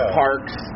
parks